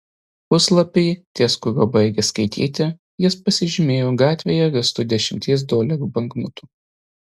puslapį ties kuriuo baigė skaityti jis pasižymėjo gatvėje rastu dešimties dolerių banknotu